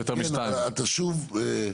שוב,